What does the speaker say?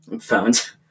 phones